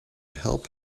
help